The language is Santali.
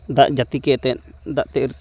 ᱫᱟᱜ ᱡᱟ ᱛᱤ ᱠᱮᱛᱮᱫ ᱫᱟᱜᱛᱮ ᱟᱹᱨᱩᱵ